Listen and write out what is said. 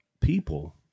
people